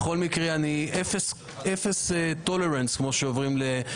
בכל מקרה, אני עם אפס סובלנות להפרעות.